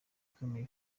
ikomeye